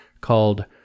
called